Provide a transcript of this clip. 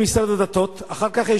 בבקשה, חבר הכנסת מיכאלי.